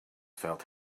felt